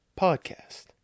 Podcast